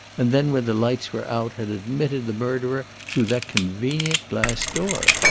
and then when the lights were out had admitted the murderer through that convenient glass door?